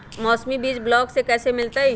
मौसमी बीज ब्लॉक से कैसे मिलताई?